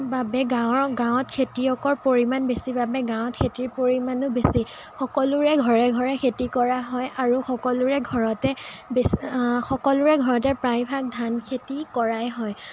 বাবে গাঁৱৰ গাঁৱত খেতিয়কৰ পৰিমাণ বেছি বাবে গাঁৱত খেতিৰ পৰিমাণো বেছি সকলোৰে ঘৰে ঘৰে খেতি কৰা হয় আৰু সকলোৰে ঘৰতে বেছ সকলোৰে ঘৰতে প্ৰায়ভাগ ধানখেতি কৰায়েই হয়